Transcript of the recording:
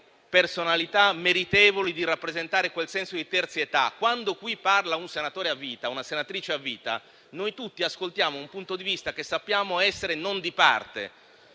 personalità meritevoli di rappresentare quel senso di terzietà. Quando in quest'Aula parla un senatore o una senatrice a vita, noi tutti ascoltiamo un punto di vista che sappiamo essere non di parte.